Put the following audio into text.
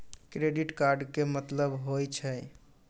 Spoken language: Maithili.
क्रेडिट कार्ड के मतलब होय छै?